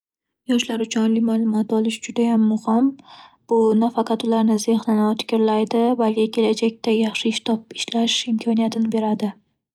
Yoshlar uchun oliy ma'lumot olish judayam muhim. Bu nafaqat ularni zehnini o'tkirlaydi, bali kelajakda yaxshi ish topib ishlash imkoniyatini beradi.